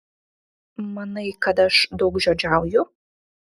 manai kad aš daugžodžiauju